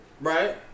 right